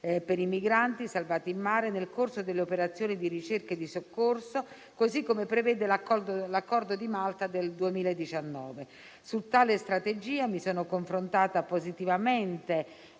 per i migranti salvati in mare nel corso delle operazioni di ricerca e di soccorso, così come prevede l'accordo di Malta del 2019. Su tale strategia mi sono confrontata positivamente